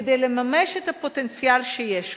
כדי לממש את הפוטנציאל שיש לו.